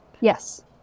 Yes